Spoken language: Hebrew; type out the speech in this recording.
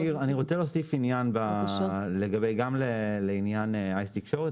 אני רוצה להוסיף עניין גם לעניין אייס תקשורת